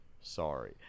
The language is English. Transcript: sorry